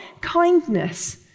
kindness